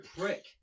prick